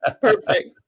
Perfect